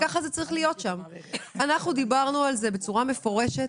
אנחנו אמרנו בצורה מפורשת